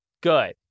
Good